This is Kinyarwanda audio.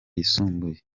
yisumbuye